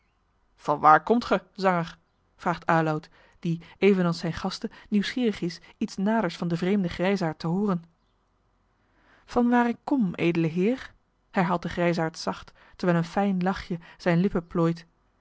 waar komt ge zanger vraagt aloud die evenals zijne gasten nieuwsgierig is iets naders van den vreemden grijsaard te hooren vanwaar ik kom edele heer herhaalt de grijsaard zacht terwijl een fijn lachje zijne lippen plooit